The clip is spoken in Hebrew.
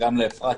וגם לאפרת,